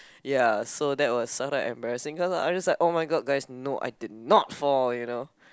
ya so that was some embarrassing lah I just like oh-my-god guys no I did not fall you know